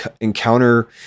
encounter